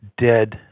dead